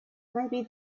maybe